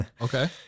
Okay